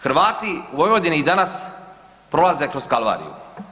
Hrvati u Vojvodini i danas prolaze kroz kalvariju.